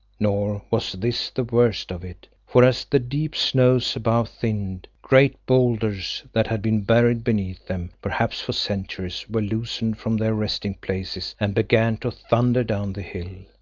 nor was this the worst of it, for as the deep snows above thinned, great boulders that had been buried beneath them, perhaps for centuries, were loosened from their resting-places and began to thunder down the hill.